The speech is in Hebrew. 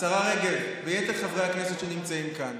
השרה רגב ויתר חברי הכנסת שנמצאים כאן,